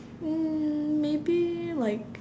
mm maybe like